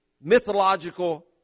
mythological